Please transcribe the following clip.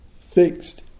fixed